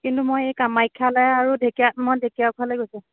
কিন্তু মই এই কামাখ্যালৈ আৰু মই ঢেকীয়াখোৱালৈ গৈছোঁ